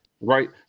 right